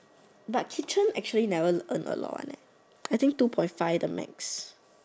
but kitchen actually never earn a lot one leh I think two point five the max